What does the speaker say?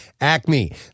Acme